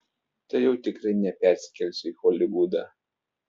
tai jau tikrai nepersikelsiu į holivudą